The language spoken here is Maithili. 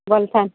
बोलथिन